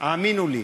האמינו לי.